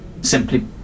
simply